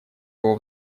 его